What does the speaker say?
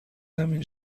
همین